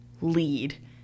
lead